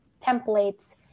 templates